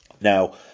Now